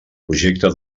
projecte